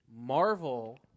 Marvel